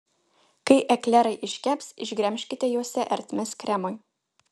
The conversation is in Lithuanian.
kai eklerai iškeps išgremžkite juose ertmes kremui